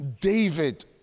David